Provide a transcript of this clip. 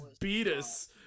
Beatus